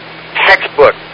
Textbook